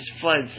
floods